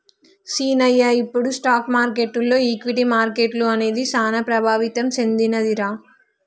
సీనయ్య ఇప్పుడు స్టాక్ మార్కెటులో ఈక్విటీ మార్కెట్లు అనేది సాన ప్రభావితం సెందినదిరా